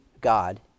God